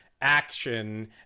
action